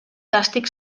càstig